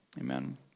amen